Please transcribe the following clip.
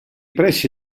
pressi